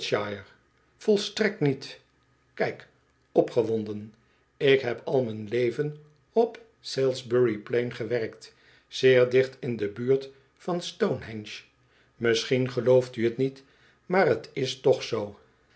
volstrekt niet kijk opgewonden ik heb al m'n leven op salisbury plain gewerkt zeer dicht in de buurt van stonehenge misschien gelooft u t niet maar t is toch zoo